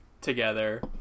together